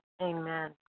amen